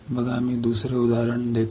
बघा मी दुसरे उदाहरण देतो